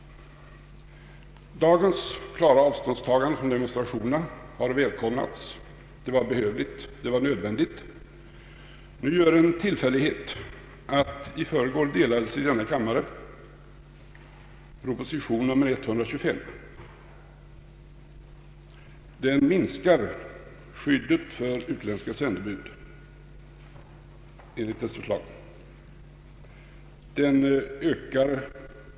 Dagens klara avståndstagande från demonstrationerna har välkomnats — detta avståndstagande var nödvändigt. Nu gör en tillfällighet att i förrgår delades i denna kammare proposition nr 125. Enligt dess förslag minskas skyddet för utländska sändebud, och demonstrationsfriheten ökar.